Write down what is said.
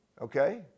Okay